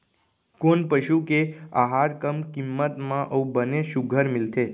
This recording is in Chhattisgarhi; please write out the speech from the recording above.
कोन पसु के आहार कम किम्मत म अऊ बने सुघ्घर मिलथे?